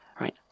Right